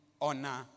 honor